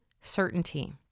certainty